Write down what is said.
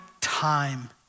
time